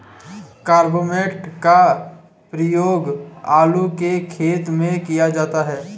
carbamate का प्रयोग आलू के खेत में किया जाता है